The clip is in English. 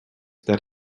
that